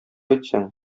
әйтсәң